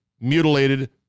mutilated